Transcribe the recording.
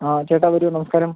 ആ ചേട്ടാ വരൂ നമസ്കാരം